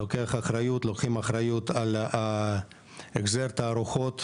לוקחים אחריות על החזרת התערוכות,